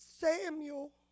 Samuel